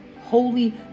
holy